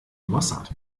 mossad